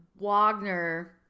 Wagner